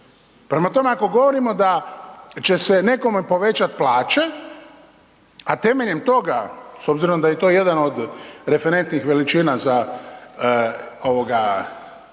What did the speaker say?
Prema tome, ako govorimo da će se nekome povećati plaće, a temeljem toga s obzirom da je to jedan od referentnih veličina za